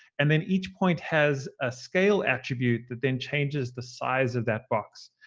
and then each point has a scale attribute that then changes the size of that box.